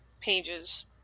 pages